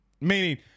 Meaning